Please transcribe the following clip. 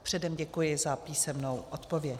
Předem děkuji za písemnou odpověď.